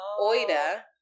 Oida